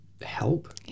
help